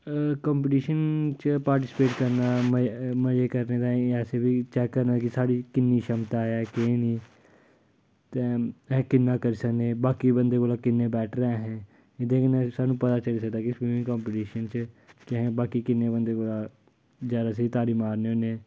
competition च participate करना मजे करने ताईं असें बी चेक करना कि साढ़ी किन्ना क्षमता ऐ केह् नेईं ते अस किन्ना करी सकने बाकी बंदे कोला किन्ने बैट्टर आं असें एह्दे कन्नै सानूं पता चली सकदा कि स्विमिंग कंपीटीशन च कि असें बाकी किन्ने बंदें कोला जादा स्हेई तारी मारने होन्ने